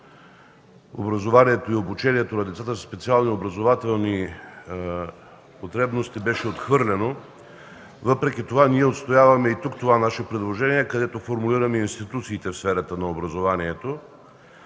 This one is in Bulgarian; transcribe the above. образованието и обучението на децата със специални образователни потребности, беше отхвърлено. Въпреки това ние отстояваме и тук това наше предложение, където формулираме институциите в сферата на образованието.